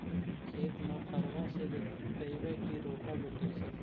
खेत नौफरबा से जोतइबै की रोटावेटर से?